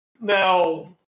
Now